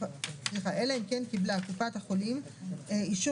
אלא אם כן קיבלה קופת החולים אישור